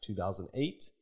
2008